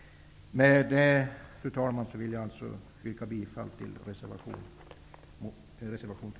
Med det anförda vill jag yrka bifall till reservation 1.